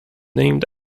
named